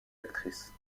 actrice